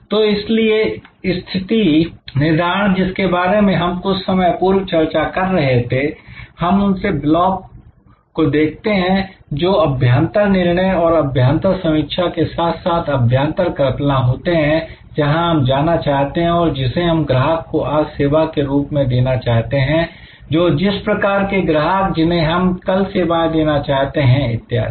तो इसलिए स्थिति निर्धारण जिसके बारे में हम कुछ समय पूर्व चर्चा कर रहे थे हम उनसे ब्लॉक को देखते हैं जो अभ्यांतर निर्णय और अभ्यांतर समीक्षा के साथ साथ अभ्यांतर कल्पना होते हैं जहां हम जाना चाहते हैं और जिसे हम ग्राहक को आज सेवा के रूप में देना चाहते हैं जो जिस प्रकार के ग्राहक जिन्हें हम कल सेवाएं देना चाहते हैं इत्यादि